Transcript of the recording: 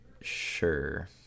Sure